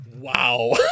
wow